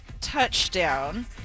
Touchdown